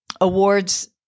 awards